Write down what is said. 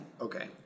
Okay